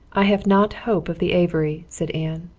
i have not hope of the avery, said anne.